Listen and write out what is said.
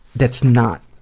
that's not,